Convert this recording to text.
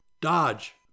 dodge